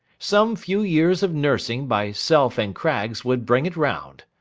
some few years of nursing by self and craggs would bring it round.